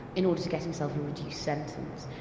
in order to get himself a reduced sentence.